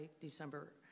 December